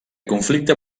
conflicte